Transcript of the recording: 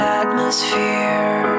atmosphere